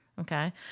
Okay